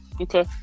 Okay